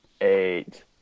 eight